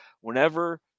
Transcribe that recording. Whenever